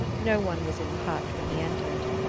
no one was in the hut when he entered.